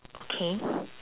okay